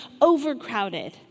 overcrowded